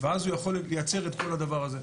ואז הוא יכול לייצר את כל הדבר הזה.